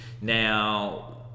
Now